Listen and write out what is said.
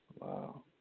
Wow